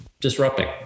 disrupting